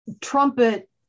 trumpet